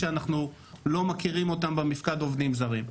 שאנחנו לא מכירים אותם במפקד העובדים הזרים.